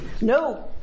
No